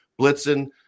blitzing